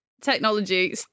technology